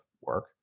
work